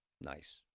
Nice